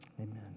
amen